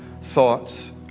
thoughts